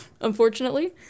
unfortunately